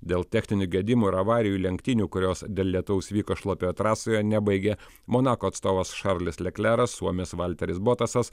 dėl techninių gedimų ir avarijų lenktynių kurios dėl lietaus vyko šlapioje trasoje nebaigė monako atstovas šarlis lekleras suomis valteris botasas